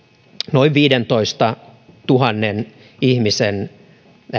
noin viidentoistatuhannen ihmisen